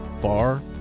far